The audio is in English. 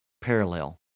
parallel